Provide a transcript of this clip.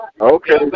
Okay